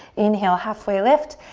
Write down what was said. inhale, halfway lift.